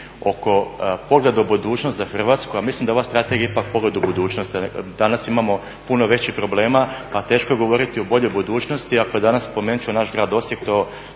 oko pogleda u budućnost za Hrvatsku, a mislim da je ova strategija ipak pogled u budućnost. Danas imamo puno većih problema, a teško je govoriti o boljoj budućnosti ako je danas spomenut ću naš grad Osijek